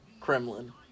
Kremlin